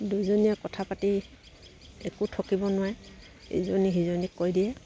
দুজনীয়ে কথা পাতি একো থাকিব নোৱাৰে ইজনী সিজনীক কৈ দিয়ে